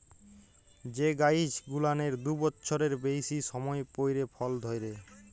যে গাইছ গুলানের দু বচ্ছরের বেইসি সময় পইরে ফল ধইরে